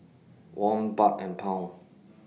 Won Baht and Pound